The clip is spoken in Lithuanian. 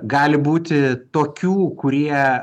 gali būti tokių kurie